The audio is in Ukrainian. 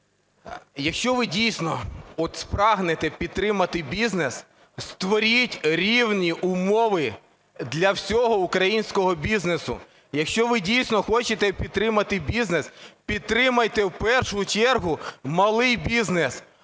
Якщо ви дійсно прагнете підтримати бізнес, створіть рівні умови для всього українського бізнесу. Якщо ви дійсно хочете підтримати бізнес, підтримайте в першу чергу малий бізнес.